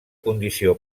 condició